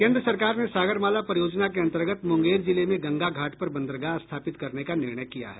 केन्द्र सरकार ने सागरमाला परियोजना के अंतर्गत मुंगेर जिले में गंगा घाट पर बंदरगाह स्थापित करने का निर्णय किया है